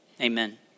Amen